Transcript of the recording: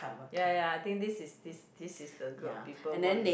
ya ya ya I think this is this this is the group of people